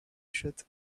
tshirt